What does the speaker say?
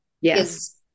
Yes